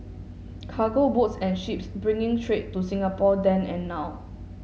cargo boats and ships bringing trade to Singapore then and now